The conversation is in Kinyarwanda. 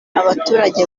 abaturage